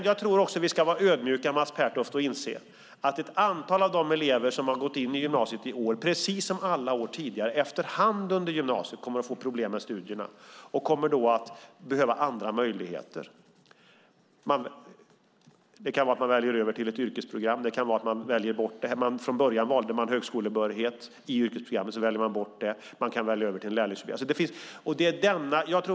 Jag tror att vi ska vara ödmjuka, Mats Pertoft, och inse att ett antal av de elever som har gått in i gymnasiet i år, precis som alla år tidigare, efterhand under gymnasiet kommer att få problem med studierna. De kommer då att behöva andra möjligheter. Det kan vara att de väljer att gå över till ett yrkesprogram. Från början valde de högskolebehörighet. I yrkesprogrammet väljer de bort det. De kan välja att gå över till en lärlingsutbildning.